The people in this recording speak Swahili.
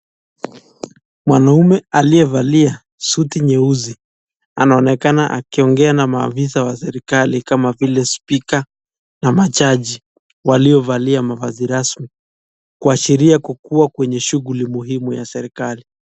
Mwanaume aliyevalia suti jeusi anaonekana akiiongea na maafisa wa serikali kama vile spika na majaji waliovalia mavazi rasmi kuashiria kukuwa kwenye shughuli muhimu ya serikali.